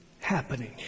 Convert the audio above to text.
happening